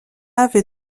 avait